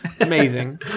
amazing